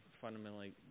fundamentally